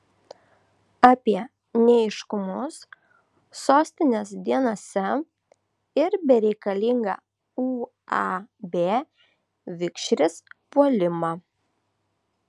apie neaiškumus sostinės dienose ir bereikalingą uab vikšris puolimą